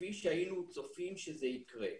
כפי שהיינו צופים שזה יקרה.